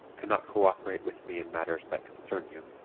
cannot cooperate with me in matters that concern you.